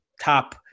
top